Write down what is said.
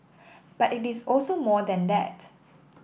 but it is also more than that